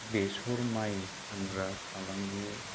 बेसर माइ फानग्रा फालांगि